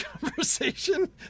conversation